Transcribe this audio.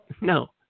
no